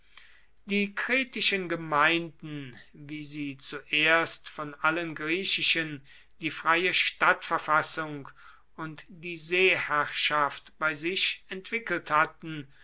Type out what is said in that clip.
die kretischen gemeinden wie sie zuerst von allen griechischen die freie stadtverfassung und die seeherrschaft bei sich entwickelt hatten